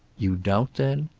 you doubt then?